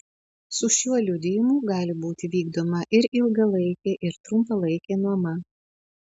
su šiuo liudijimu gali būti vykdoma ir ilgalaikė ir trumpalaikė nuoma